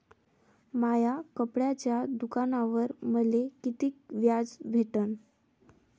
माया कपड्याच्या दुकानावर मले कितीक व्याज भेटन?